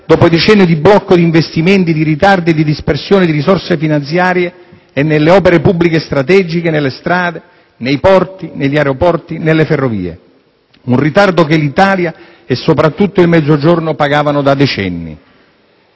dopo decenni di blocco di investimenti, di ritardi e di dispersione di risorse finanziarie e nelle opere pubbliche strategiche, nelle strade, nei porti, negli aeroporti, nelle ferrovie. Un ritardo che l'Italia e soprattutto il Mezzogiorno pagavano da decenni.